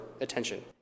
attention